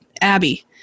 Abby